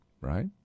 right